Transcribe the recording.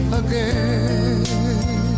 again